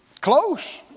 Close